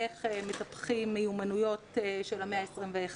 איך מטפחים מיומנויות של המאה ה-21,